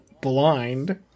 blind